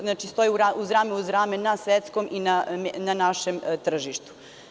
Znači, stoji rame uz rame na svetskom i na našem tržištu.